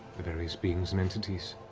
various beings and entities.